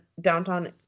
downtown